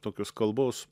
tokios kalbos